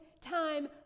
time